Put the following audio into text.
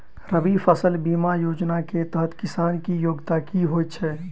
रबी फसल बीमा योजना केँ तहत किसान की योग्यता की होइ छै?